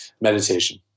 Meditation